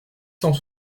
cent